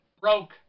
broke